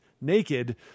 naked